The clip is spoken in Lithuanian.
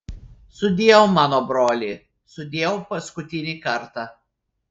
sudieu mano broli sudieu paskutinį kartą